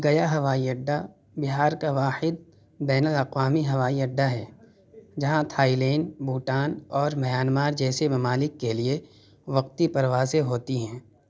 گیا ہوائی اڈہ بہار کا واحد بین الاقوامی ہوائی اڈہ ہے جہاں تھائیلینڈ بھوٹان اور میانمار جیسے ممالک کے لیے وقتی پروازیں ہوتی ہیں